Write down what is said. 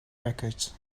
wreckage